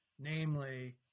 namely